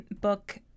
book